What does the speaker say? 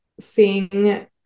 seeing